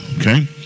Okay